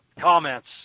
comments